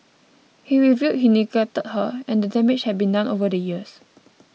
he revealed he neglected her and the damage had been done over the years